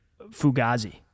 fugazi